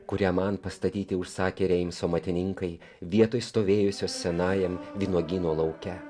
kurią man pastatyti užsakė reimso amatininkai vietoj stovėjusios senajam vynuogyno lauke